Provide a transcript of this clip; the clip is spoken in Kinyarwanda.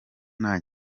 nta